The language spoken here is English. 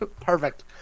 Perfect